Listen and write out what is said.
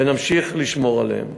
ונמשיך לשמור עליהן.